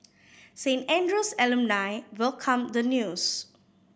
Saint Andrew's alumni welcomed the news